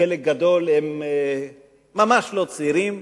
שחלק גדול ממש לא צעירים,